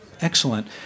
Excellent